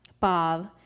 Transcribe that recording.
Bob